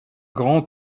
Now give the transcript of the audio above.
grand